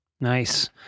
Nice